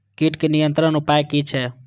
कीटके नियंत्रण उपाय कि छै?